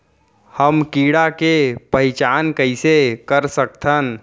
हम कीड़ा के पहिचान कईसे कर सकथन